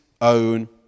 own